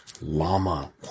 Lama